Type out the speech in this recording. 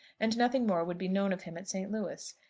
and nothing more would be known of him at st. louis.